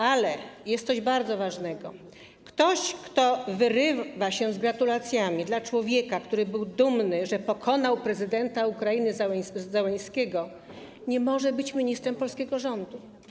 Ale jest coś bardzo ważnego - ktoś, kto wyrywa się z gratulacjami dla człowieka, który był dumny, że pokonał prezydenta Ukrainy Zełeńskiego, nie może być ministrem polskiego rządu.